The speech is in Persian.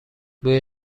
بوی